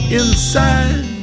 inside